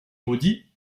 maudit